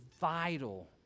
vital